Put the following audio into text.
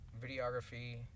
videography